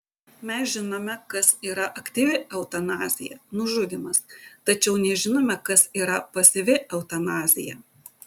mes žinome kas yra aktyvi eutanazija nužudymas tačiau nežinome kas yra pasyvi eutanazija